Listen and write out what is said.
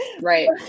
Right